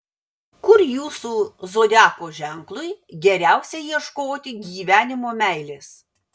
kur jūsų zodiako ženklui geriausia ieškoti gyvenimo meilės